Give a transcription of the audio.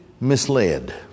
misled